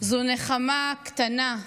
זו נחמה קטנה,